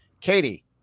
Katie